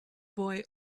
boy